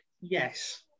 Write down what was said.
Yes